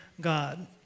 God